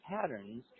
patterns